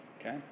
Okay